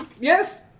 Yes